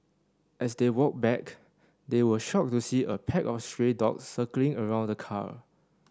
as they walked back they were shocked to see a pack of stray dogs circling around the car